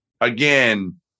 again